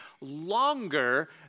longer